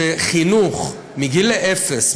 שחינוך מגיל אפס,